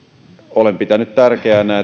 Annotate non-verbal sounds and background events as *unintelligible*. olen pitänyt tärkeänä *unintelligible*